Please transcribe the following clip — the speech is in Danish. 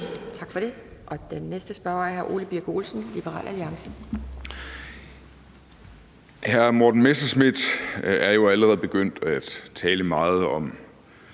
Tak for det. Den næste spørger er hr. Ole Birk Olesen, Liberal Alliance. Kl. 11:12 Ole Birk Olesen (LA): Hr. Morten Messerschmidt er jo allerede begyndt at tale meget om